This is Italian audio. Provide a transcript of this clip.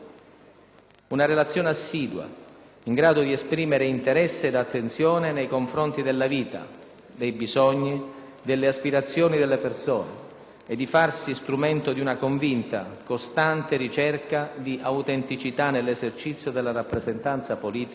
Una relazione assidua, in grado di esprimere interesse ed attenzione nei confronti della vita, dei bisogni, delle aspirazioni delle persone, e di farsi strumento di una convinta, costante ricerca di autenticità nell'esercizio della rappresentanza politica